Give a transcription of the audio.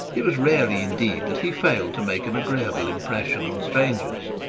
it was rarely indeed that he failed to make an agreeable impression on strangers.